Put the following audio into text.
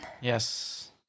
Yes